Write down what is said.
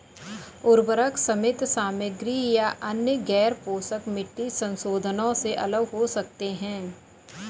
उर्वरक सीमित सामग्री या अन्य गैरपोषक मिट्टी संशोधनों से अलग हो सकते हैं